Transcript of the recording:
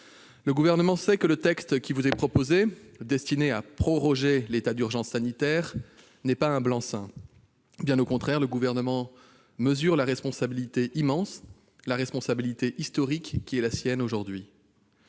Le Gouvernement sait que le texte qui vous est proposé et qui est destiné à proroger l'état d'urgence sanitaire n'est pas un blanc-seing. Bien au contraire, le Gouvernement mesure la responsabilité immense, la responsabilité historique qui est la sienne aujourd'hui.